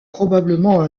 probablement